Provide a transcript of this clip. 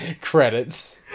Credits